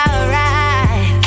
Alright